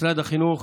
משרד החינוך